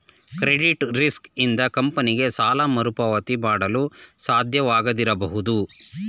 credit risk ಇಂದ ಕಂಪನಿಗೆ ಸಾಲ ಮರುಪಾವತಿ ಮಾಡಲು ಸಾಧ್ಯವಾಗದಿರಬಹುದು